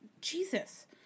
Jesus